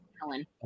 Helen